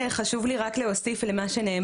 חשוב לי רק להוסיף על מה שנאמר,